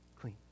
clean